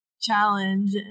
challenge